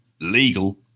legal